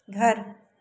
घर